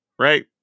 right